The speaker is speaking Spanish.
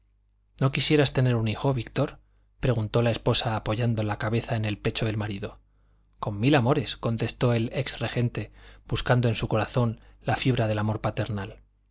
no quisieras tener un hijo víctor preguntó la esposa apoyando la cabeza en el pecho del marido con mil amores contestó el ex regente buscando en su corazón la fibra del amor paternal